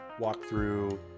walkthrough